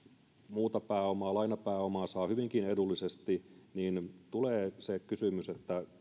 muuta pääomaa lainapääomaa saa hyvinkin edullisesti tulee esiin se kysymys